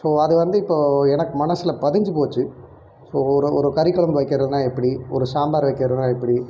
so அது வந்து இப்போது எனக்கு மனசில் பதிஞ்சு போச்சு ஸோ ஒரு ஒரு கறிக்குழம்பு வைக்கறதுனால் எப்படி ஒரு சாம்பார் வைக்கறதுனால் எப்படி